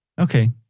Okay